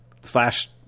slash